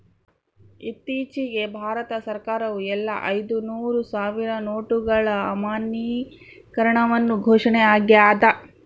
ಇತ್ತೀಚಿಗೆ ಭಾರತ ಸರ್ಕಾರವು ಎಲ್ಲಾ ಐದುನೂರು ಸಾವಿರ ನೋಟುಗಳ ಅಮಾನ್ಯೀಕರಣವನ್ನು ಘೋಷಣೆ ಆಗ್ಯಾದ